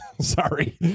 Sorry